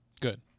Good